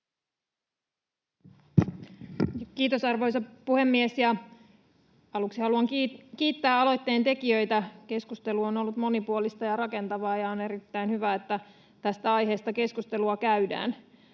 Kiitos, arvoisa puhemies! Aluksi haluan kiittää aloitteen tekijöitä. Keskustelu on ollut monipuolista ja rakentavaa, ja on erittäin hyvä, että tästä aiheesta keskustelua käydään.